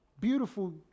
beautiful